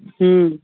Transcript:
हूँ